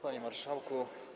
Panie Marszałku!